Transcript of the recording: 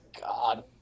God